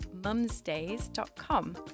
mumsdays.com